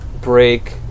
break